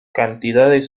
cantidades